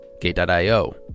Gate.io